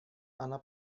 она